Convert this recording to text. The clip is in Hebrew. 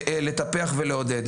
ומ-250 ילדים צמח לנו אלוף אולימפי.